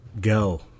go